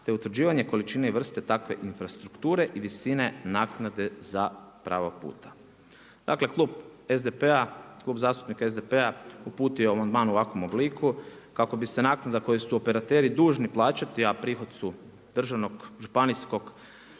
te utvrđivanje količine i vrste takve infrastrukture i visine naknade za pravog puta. Dakle, Klub zastupnika SDP-a, uputio je amandman u ovakvom obliku, kako bi se naknada koju su operateri dužni plaćati a prihod su državnog, županijskog,